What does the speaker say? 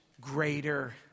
greater